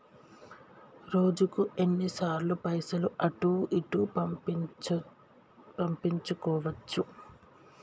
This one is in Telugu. రోజుకు ఎన్ని సార్లు పైసలు అటూ ఇటూ పంపించుకోవచ్చు?